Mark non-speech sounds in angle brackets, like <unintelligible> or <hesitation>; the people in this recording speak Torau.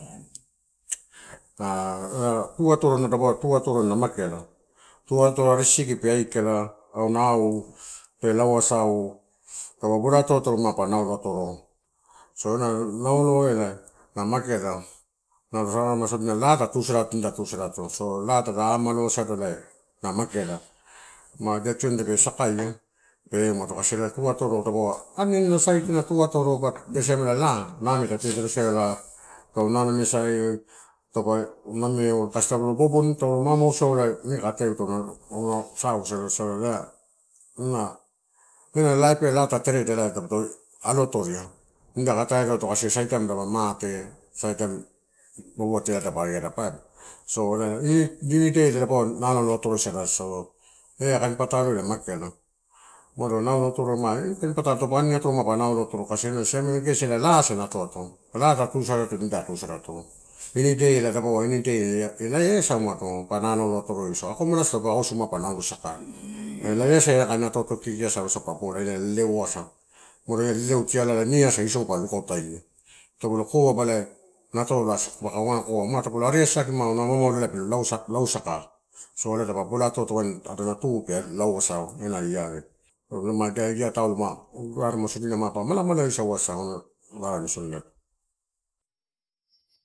<hesitation> ah tuatoro dapau tuatoro na mageala, tuatoro arisisiki e aikala, auna au ppe lau asau. Taupa bola atoato mapa naulo atoro. So, ena naulo eh na mageala, nala rarema sodina laa ta tuisalato nida tusadato. So laa tada amuloaisada ela na mageala. Ma ida tioni tape sakaio eh umado kasi ela tuatoro amani era sat na tuatoroba isa siame laa name ta tereresada ela tau manamesia taupe name kasi tau mamagu euto ine muka ata eh kasi <unintelligible> en life en laa ta tereda dapoto alo atoria nida ka atai edato saitaim dapa mate sai taim boboa tialai dapa ari adapa, aiba. So, ela ini day umano nanaulo atorosada, so eh kain patalo ia mageala. Umado naulo atoro ma inikain patalo taupe ani atoro mapa naulo atoro. Kasi siamela gesi ela laa ena atoato laa ta tusalato nida tusadato. Dapau ini day ela pa naulo atoroisau taupe auso asa mapa naulo saka elai eh asa kain atoato kiki asa leleuasa leleu tialai ine asa isou pa lukautaina. Waga koa ma taupe aba natolai asa paka waga koa ma taupe lo ari asaki ma auna mamalo pelo lausaka lo ari asaki ma auna mamalo pelo lausaka so ela dapa bola atoato wain tu pe lau asau ena year le. Mu ida year taulo raremai sodina mapa malamala eu asa balu soma.